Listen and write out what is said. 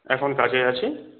এখন কাজে আছি